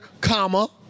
comma